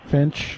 Finch